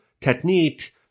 technique